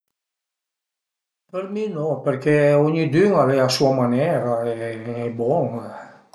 Për mi no perché ognidün al e a sa manera e bon